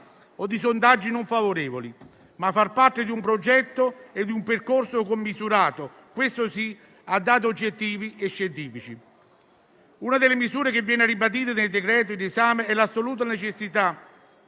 o di sondaggi non favorevoli, ma far parte di un progetto e di un percorso commisurato - questo sì - a dati oggettivi e scientifici. Una delle misure che viene ribadita nel decreto-legge in esame è l'assoluta necessità